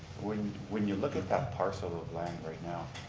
when when you look at that parcel of land right now